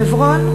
חברון,